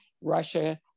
Russia